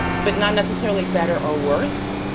but not necessarily better or worse.